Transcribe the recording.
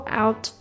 out